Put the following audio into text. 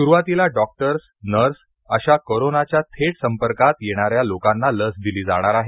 सुरुवातीला doctors nurse अशा कोरोंनाच्या थेट संपर्कात येणाऱ्या लोकांना लस दिली जाणार आहे